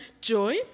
Joy